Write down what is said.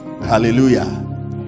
Hallelujah